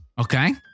Okay